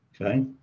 okay